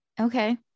Okay